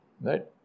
right